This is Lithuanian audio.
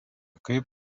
kaip